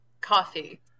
coffee